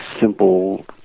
simple